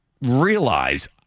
realize